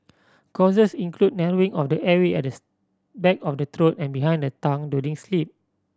causes include narrowing of the airway at this back of the throat and behind the tongue during sleep